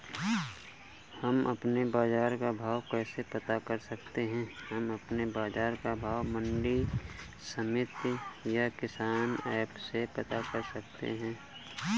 हम अपने बाजार का भाव कैसे पता कर सकते है?